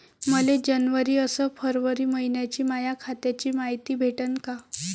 मले जनवरी अस फरवरी मइन्याची माया खात्याची मायती भेटन का?